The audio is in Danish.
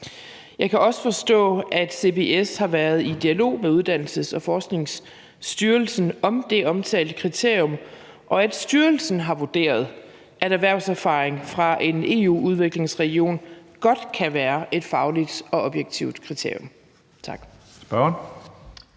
Jeg kan også forstå, at CBS har været i dialog med Uddannelses- og Forskningsstyrelsen om det omtalte kriterium, og at styrelsen har vurderet, at erhvervserfaring fra en EU-udviklingsregion godt kan være et fagligt og objektivt kriterium. Tak.